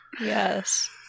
Yes